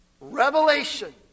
Revelation